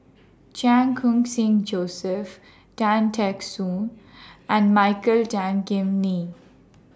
Chan Khun Sing Joseph Tan Teck Soon and Michael Tan Kim Nei